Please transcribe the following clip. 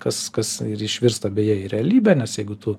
kas kas ir išvirsta beje į realybę nes jeigu tu